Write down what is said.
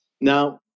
now